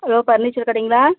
hello furniture கடைங்களா